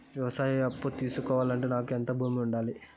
వ్యవసాయ అప్పు తీసుకోవాలంటే నాకు ఎంత భూమి ఉండాలి?